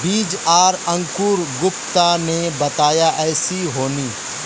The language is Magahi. बीज आर अंकूर गुप्ता ने बताया ऐसी होनी?